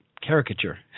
caricature